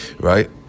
right